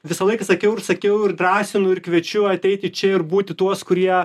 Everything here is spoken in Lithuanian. visą laiką sakiau ir sakiau ir drąsinu ir kviečiu ateiti čia ir būti tuos kurie